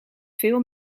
veel